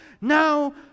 Now